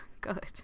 Good